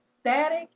static